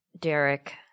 Derek